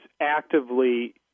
actively